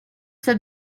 said